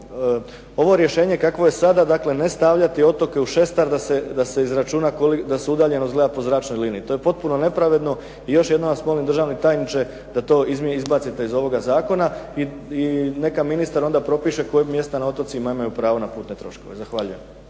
ovo rješenje kakvo je sada, dakle ne stavljati otoke u šestar da se udaljenost gleda po zračnoj liniji. To je potpuno nepravedno. I još jednom vas molim državni tajniče da to izbacite iz ovoga zakona i neka ministar onda propiše koja mjesta na otocima imaju pravo na putne troškove. Zahvaljujem.